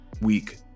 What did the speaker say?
week